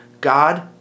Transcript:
God